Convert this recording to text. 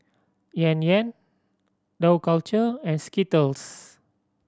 Yan Yan Dough Culture and Skittles